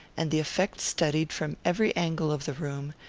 and the effect studied from every angle of the room,